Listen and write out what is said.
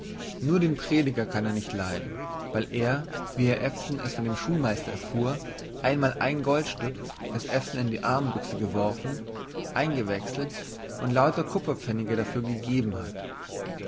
nur den prediger kann er nicht leiden weil er wie herr ewson es von dem schulmeister erfuhr einmal ein goldstück das ewson in die armenbüchse geworfen eingewechselt und lauter kupferpfennige dafür gegeben hat